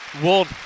One